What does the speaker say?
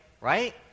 right